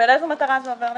ולאיזו מטרה זה עובר אליכם?